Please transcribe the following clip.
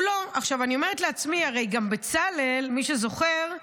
אני אומרת לעצמי, הרי גם בצלאל, מי שזוכר,